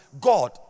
God